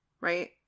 right